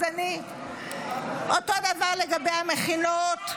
אותו הדבר לגבי המכינות,